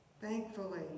Thankfully